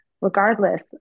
Regardless